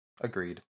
agreed